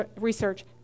research